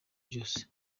byose